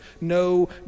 no